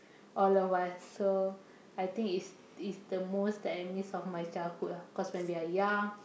all of us so I think it's it's the most that I miss of my childhood lah cause when we are young